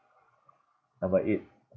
number eight